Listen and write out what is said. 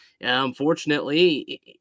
unfortunately